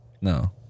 No